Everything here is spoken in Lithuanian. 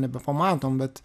nebepamatom bet